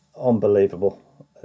unbelievable